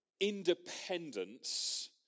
Independence